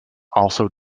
also